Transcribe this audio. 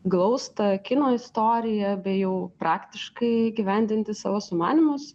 glaustą kino istoriją bei jau praktiškai įgyvendinti savo sumanymus